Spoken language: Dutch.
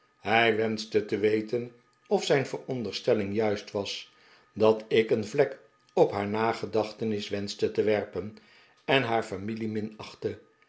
hij wenschte te weten of zijn veronderstelling juist was dat ik een vlek op haar nagedachtenis wenschte te werpen en haar familie